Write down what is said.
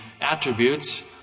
attributes